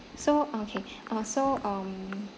so okay uh so um